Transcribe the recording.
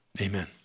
Amen